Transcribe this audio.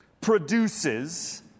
produces